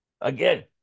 Again